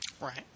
Right